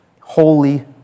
holy